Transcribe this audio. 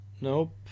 nope